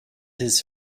his